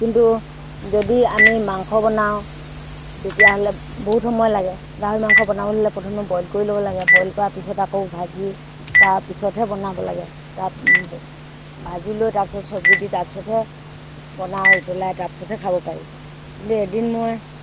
কিন্তু যদি আমি মাংস বনাওঁ তেতিয়াহ'লে বহুত সময় লাগে গাহৰি মাংস বনাবলৈ হ'লে প্ৰথমে বইল কৰি ল'ব লাগে বইল কৰা পিছত আকৌ ভাজি তাৰপিছতহে বনাব লাগে তাৰ ভাজি লৈ তাৰপিছত চবজি দি তাৰপিছতহে বনাই উতলাই তাৰপিছতহে খাব পাৰি কিন্তু এদিন মই